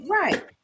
right